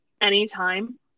anytime